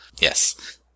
Yes